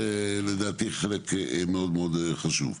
זה לדעתי חלק מאוד מאוד חשוב.